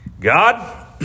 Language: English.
God